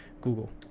Google